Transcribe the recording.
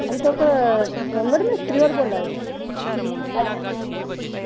जी तुस प्लम्बर मिस्तरी होर बोल्ला दे